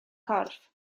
corff